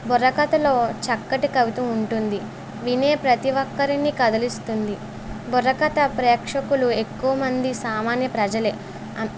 బుర్రకథలో చక్కటి కవిత్వం ఉంటుంది వినే ప్రతి ఒక్కరిని కదిలిస్తుంది బుర్రకథ ప్రేక్షకులు ఎక్కువ మంది సామాన్య ప్రజలు అన్